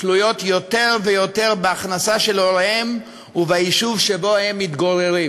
תלויות יותר ויותר בהכנסה של הוריהם וביישוב שבו הם מתגוררים.